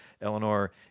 Eleanor